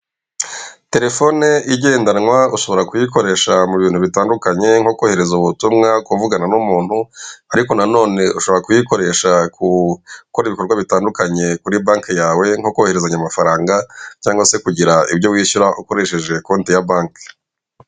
Telefone igendanwa ushobora kuyikoresha mu bintu bitandukanye, nko kohereza ubutumwa kuvugana n'umuntu ariko nanone, ushobora kuyikoresha ku gukora ibikorwa bitandukanye kuri banki yawe, nkukoherezanya amafaranga cyangwa se kugira ibyo wishyura ukoresheje konti ya banki.